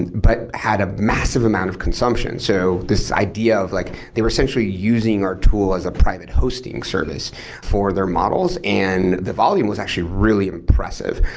and but had a massive amount of consumption so this idea of like, they were essentially using our tool as a private hosting service for their models and the volume was actually really impressive.